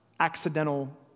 accidental